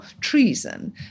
treason